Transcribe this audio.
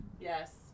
Yes